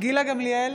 גילה גמליאל,